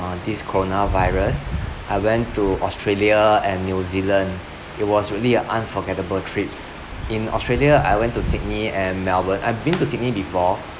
this coronavirus I went to australia and new zealand it was really an unforgettable trip in australia I went to sydney and melbourne I've been to sydney before